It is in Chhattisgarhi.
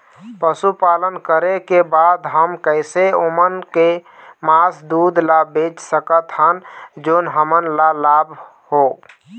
पशुपालन करें के बाद हम कैसे ओमन के मास, दूध ला बेच सकत हन जोन हमन ला लाभ हो?